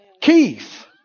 Keith